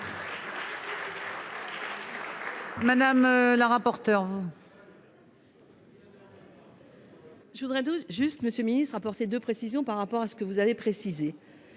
Mme la rapporteure.